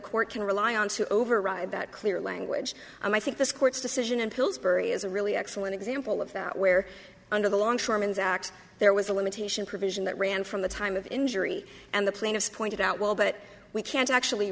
court can rely on to override that clear language and i think this court's decision and pillsbury is a really excellent example of that where under the longshoreman's act there was a limitation provision that ran from the time of injury and the plaintiffs pointed out well but we can't actually